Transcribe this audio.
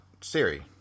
Siri